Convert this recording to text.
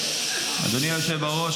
אדוני היושב בראש,